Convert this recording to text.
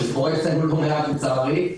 שקורים אצלנו לא מעט לצערי,